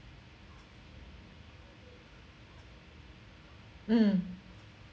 mm